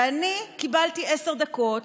ואני קיבלתי עשר דקות,